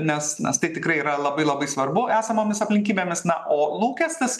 nes nes tai tikrai yra labai labai svarbu esamomis aplinkybėmis na o lūkestis